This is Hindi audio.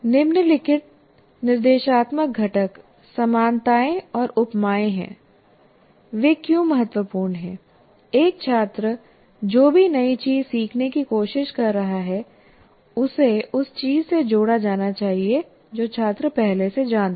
निम्नलिखित निर्देशात्मक घटक समानताएं और उपमाएं हैं वे क्यों महत्वपूर्ण हैं एक छात्र जो भी नई चीज सीखने की कोशिश कर रहा है उसे उस चीज से जोड़ा जाना चाहिए जो छात्र पहले से जानता है